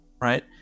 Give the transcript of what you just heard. right